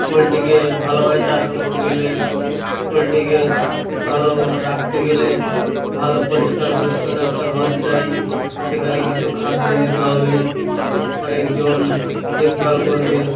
পোলট্রিকে ভালোভাবে চাষ করতে গেলে পোলট্রিকে ভালো রাখতে গেলে ভালো পরিষ্কার পরিচ্ছন্ন একটা ঘর চাই সেখানে কিছু খাদ্য দিতে হবে অনেকজন দেখভাল করবে